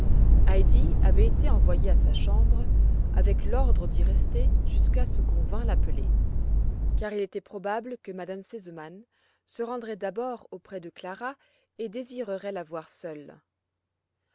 heidi avait été envoyée à sa chambre avec l'ordre d'y rester jusqu'à ce qu'on vînt l'appeler car il était probable que m me sesemann se rendrait d'abord auprès de clara et désirerait la voir seule